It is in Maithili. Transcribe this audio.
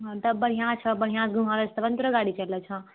हँ तऽ बढ़िया छौं बढ़िया से घुमा